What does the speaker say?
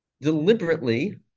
deliberately